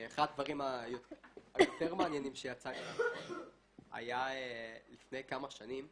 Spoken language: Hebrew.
אחד הדברים היותר מעניינים שיצא היה לפני כמה שנים